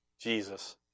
Jesus